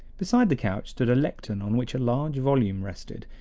beside the couch stood a lectern on which a large volume rested,